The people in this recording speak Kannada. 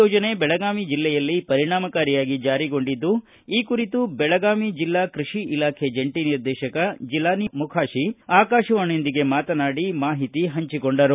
ಯೋಜನೆ ಬೆಳಗಾವಿ ಜಿಲ್ಲೆಯಲ್ಲಿ ಪರಿಣಾಮಕಾರಿಯಾಗಿ ಜಾರಿಗೊಂಡಿದ್ದು ಈ ಕುರಿತು ಬೆಳಗಾವಿ ಜಿಲ್ಲಾ ಕೃಷಿ ಇಲಾಖೆ ಜಂಟಿ ನಿರ್ದೇಶಕ ಜಿಲಾನಿ ಮೊಕಾಶಿ ಆಕಾಶವಾಣಿಯೊಂದಿಗೆ ಮಾತನಾಡಿ ಮಾಹಿತಿ ಹಂಚಿಕೊಂಡರು